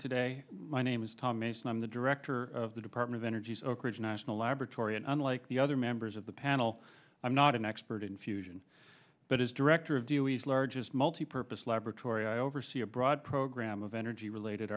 today my name is tom mace and i'm the director of the department of energy's oak ridge national laboratory and unlike the other members of the panel i'm not an expert in fusion but as director of do ease largest multipurpose laboratory i oversee a broad program of energy related